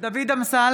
נכנסתי.